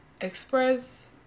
express